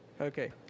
Okay